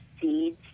seeds